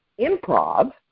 improv